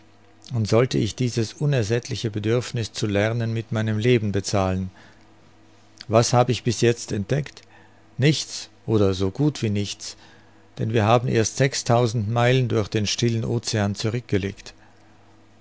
und sollte ich dieses unersättliche bedürfniß zu lernen mit meinem leben bezahlen was hab ich bis jetzt entdeckt nichts oder so gut wie nichts denn wir haben erst sechstausend meilen durch den stillen ocean zurück